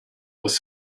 was